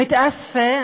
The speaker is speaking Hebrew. ביתאספה,